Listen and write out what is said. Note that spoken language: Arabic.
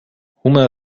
هما